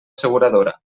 asseguradora